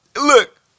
Look